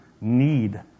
need